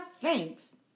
thanks